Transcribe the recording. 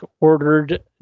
ordered